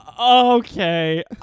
Okay